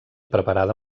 preparada